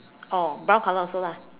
oh brown color also lah